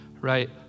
right